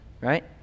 Right